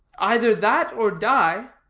either that or die